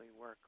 work